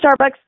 Starbucks